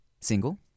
single